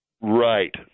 Right